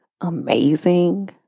amazing